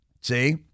See